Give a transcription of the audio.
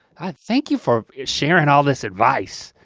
i thank you for sharing all this advice.